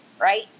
right